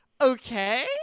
okay